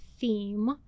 theme